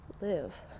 live